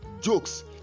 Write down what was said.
jokes